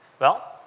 well,